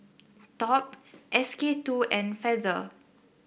Top S K two and Feather